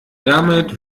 damit